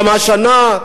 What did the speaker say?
גם השנה,